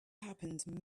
happened